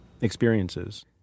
experiences